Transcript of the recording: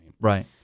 Right